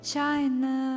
China